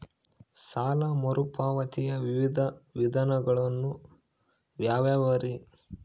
ಸಾಲ ಮರುಪಾವತಿಯ ವಿವಿಧ ವಿಧಾನಗಳು ಯಾವ್ಯಾವುರಿ?